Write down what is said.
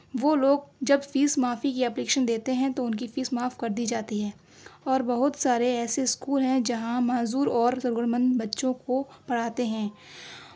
وہ لوگ جب فیس معافی کی اپلیکیشن دیتے ہیں تو ان کی فیس معاف کر دی جاتی ہے اور بہت سارے ایسے اسکول ہیں جہاں معذور اور ضرورت مند بچوں کو پڑھاتے ہیں